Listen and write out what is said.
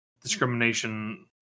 discrimination